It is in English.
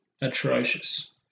Atrocious